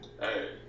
Hey